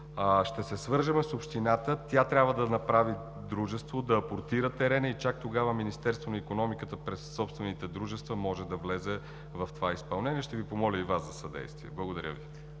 Ще се свържем с общината. Тя трябва да направи дружество, да апортира терена и чак тогава Министерството на икономиката през собствените дружества може да влезе в това изпълнение. Ще Ви помоля и Вас за съдействие. Благодаря Ви.